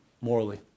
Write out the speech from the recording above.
Morally